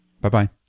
Bye-bye